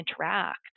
interact